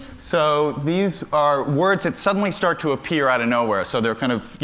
so these are words that suddenly start to appear out of nowhere, so they're kind of, you